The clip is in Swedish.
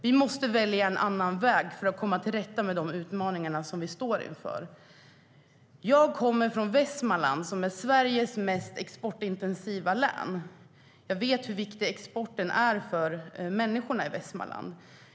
Vi måste välja en annan väg för att komma till rätta med de utmaningar som vi står inför. Jag kommer från Västmanland, som är Sveriges mest exportintensiva län. Jag vet hur viktig exporten är för människorna i Västmanland.